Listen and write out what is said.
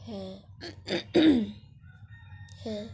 হ্যাঁ হ্যাঁ